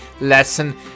lesson